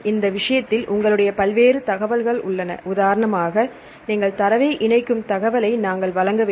இந்த விஷயத்தில் உங்களுடைய பல்வேறு தகவல்கள் உள்ளன உதாரணமாக நீங்கள் தரவை இணைக்கும் தகவலை நாங்கள் வழங்க வேண்டும்